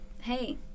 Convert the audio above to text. hey